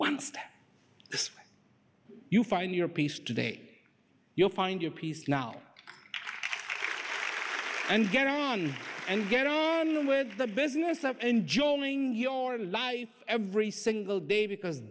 see you find your peace today you'll find your peace now i'm and get on and get on with the business of enjoying your lie every single day because